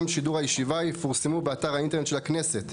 שידור הישיבה יפורסמו באתר האינטרנט של הכנסת.